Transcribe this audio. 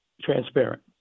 transparent